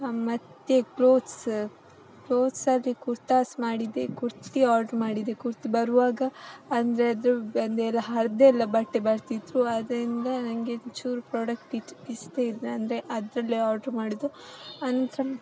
ಮತ್ತು ಕ್ಲೋತ್ಸ್ ಕ್ಲೋತ್ಸಾದರೆ ಕುರ್ತಾಸ್ ಮಾಡಿದ್ದೆ ಕುರ್ತಿ ಆರ್ಡ್ರ್ ಮಾಡಿದೆ ಕುರ್ತಿ ಬರುವಾಗ ಅಂದರೆ ಅದರಿಂದ ನನಗೆ ಚೂರು ಪ್ರಾಡಕ್ಟ್ ಇಷ್ಟ ಇಲ್ಲ ಅಂದರೆ ಅದರಲ್ಲಿ ಆರ್ಡ್ರ್ ಮಾಡೋದು ಅಂದರೆ